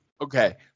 Okay